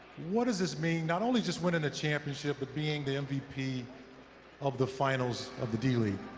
what does this mean, not only just winning a championship but being the mvp of the finals of the d-league?